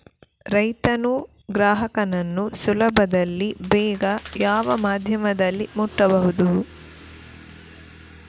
ರೈತನು ಗ್ರಾಹಕನನ್ನು ಸುಲಭದಲ್ಲಿ ಬೇಗ ಯಾವ ಮಾಧ್ಯಮದಲ್ಲಿ ಮುಟ್ಟಬಹುದು?